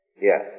yes